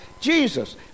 Jesus